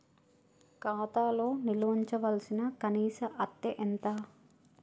ఖాతా లో నిల్వుంచవలసిన కనీస అత్తే ఎంత?